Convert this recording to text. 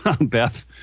Beth